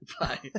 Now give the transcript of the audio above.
Bye